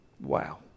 wow